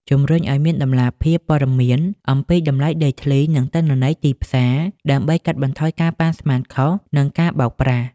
ជំរុញឲ្យមានតម្លាភាពព័ត៌មានអំពីតម្លៃដីធ្លី និងទិន្នន័យទីផ្សារ ដើម្បីកាត់បន្ថយការប៉ាន់ស្មានខុស និងការបោកប្រាស់។